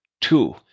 Two